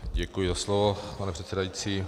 Děkuji za slovo, pane předsedající.